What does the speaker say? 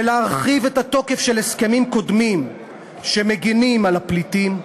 ולהרחיב את היקפם של הסכמים קודמים שמגינים על הפליטים,